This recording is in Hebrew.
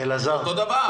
אותו דבר.